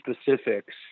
specifics